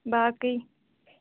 باقٕے